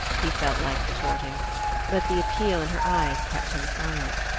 he felt like retorting but the appeal in her eyes kept him silent.